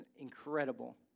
incredible